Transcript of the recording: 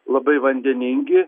labai vandeningi